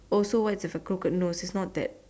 also what if it's a crooked nose it's not that